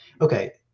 okay